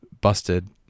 busted